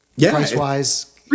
price-wise